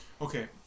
Okay